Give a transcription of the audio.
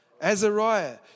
Azariah